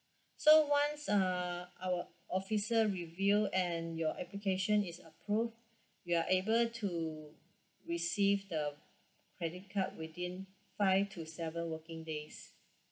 so once uh our officer review and your application is approved you are able to receive the credit card within five to seven working days